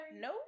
No